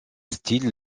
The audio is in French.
style